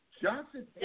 Johnson